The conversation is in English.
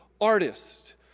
artist